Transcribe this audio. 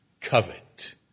covet